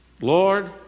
Lord